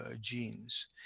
genes